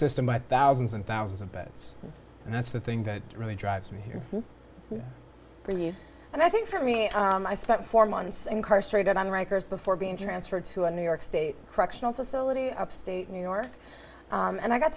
thousands and thousands of beds and that's the thing that really drives me here for you and i think for me i spent four months incarcerated on records before being transferred to a new york state correctional facility upstate new york and i got